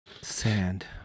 Sand